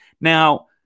Now